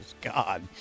God